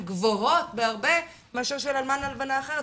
גבוהות בהרבה מאשר אלמן או אלמנה אחרת.